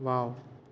wow